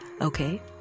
Okay